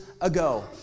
ago